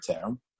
term